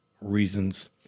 reasons